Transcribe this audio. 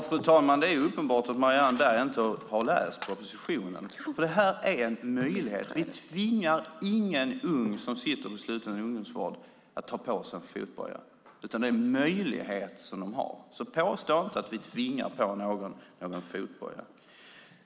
Fru talman! Det är uppenbart att Marianne Berg inte har läst propositionen, för det här är en möjlighet. Vi tvingar ingen ung som sitter på sluten ungdomsvård att ta på sig en fotboja, utan det är en möjlighet som de har, så påstå inte att vi tvingar på någon en fotboja.